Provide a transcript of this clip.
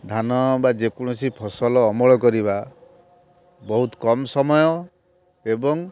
ଧାନ ବା ଯେକୌଣସି ଫସଲ ଅମଳ କରିବା ବହୁତ କମ୍ ସମୟ ଏବଂ